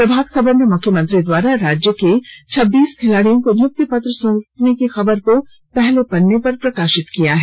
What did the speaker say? प्रभात खबर ने मुख्यमंत्री द्वारा राज्य के छब्बीस खिलाड़ियों को नियुक्ति पत्र सौंपने की खबर को पहले पेज पर प्रकाशित किया है